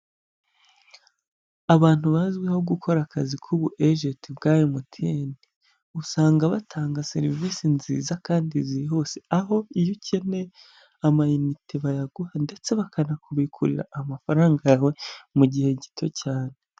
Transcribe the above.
Abantu bazwiho gukora akazi k'ubu ejenti bwa MTN, usanga batanga serivisi nziza kandi zihuse aho iyo ukeneye amayinite bayaguha ndetse bakanakubikurira amafaranga yawe mu gihe gito cyane.